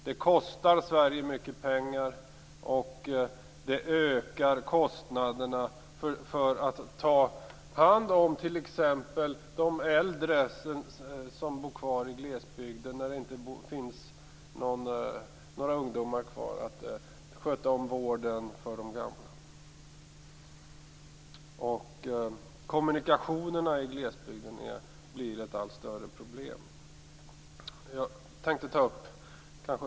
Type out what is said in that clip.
Det kostar Sverige mycket pengar, och det ökar kostnaderna för att ta hand om de äldre som bor kvar i glesbygden när det inte finns några ungdomar kvar för att sköta om dem. Kommunikationerna i glesbygden blir ett allt större problem.